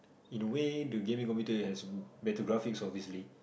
in a way the gaming computer have better graphics obviously